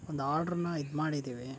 ಒಂದು ಆರ್ಡ್ರನ್ನು ಇದ್ಮಾಡಿದ್ದೇವೆ